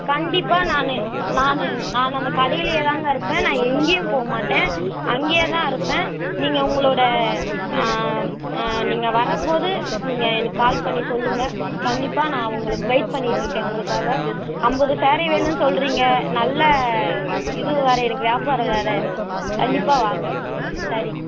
கண்டிப்பாக நான் நான் நான் அந்த கடையிலேயேதாங்க இருப்பேன் நான் எங்கேயும் போக மாட்டேன் அங்கேயேதான் இருப்பேன் நீங்கள் உங்களோடய நீங்கள் வரும்போது நீங்கள் எனக்கு கால் பண்ணி சொல்லுங்கள் கண்டிப்பாக நான் உங்களுக்கு வெயிட் பண்ணிகிட்ருக்கேன் உங்களுக்காக ஐம்பது சேரீ வேணும்னு சொல்கிறீங்க நல்ல இது வேறு வியாபாரம் வேறு கண்டிப்பாக வாங்க சரிங்க